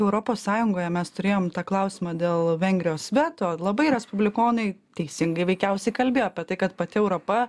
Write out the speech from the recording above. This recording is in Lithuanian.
europos sąjungoje mes turėjom tą klausimą dėl vengrijos veto labai respublikonai teisingai veikiausiai kalbėjo apie tai kad pati europa